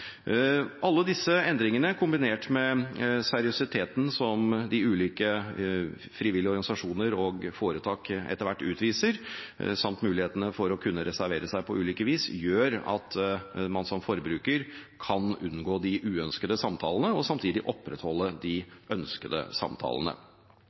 Alle disse endringene, kombinert med seriøsiteten som de ulike frivillige organisasjoner og foretak etter hvert utviser, samt mulighetene for å kunne reservere seg på ulike vis, gjør at man som forbruker kan unngå de uønskede samtalene og samtidig opprettholde